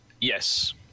Yes